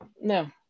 no